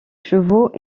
chevaux